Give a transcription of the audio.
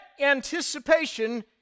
anticipation